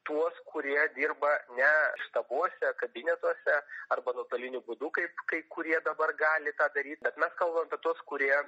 tuos kurie dirba ne štabuose kabinetuose arba nuotoliniu būdu kaip kai kurie dabar gali tą daryti mes kalbam apie tuos kurie